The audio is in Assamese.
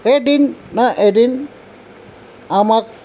এদিন না এদিন আমাক